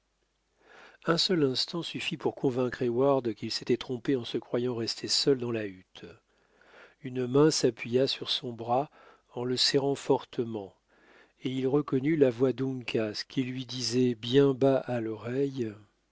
un seul instant suffit pouf convaincre heyward qu'il s'était trompé en se croyant resté seul dans la hutte une main s'appuya sur son bras en le serrant fortement et il reconnut la voix d'uncas qui lui disait bien bas à l'oreille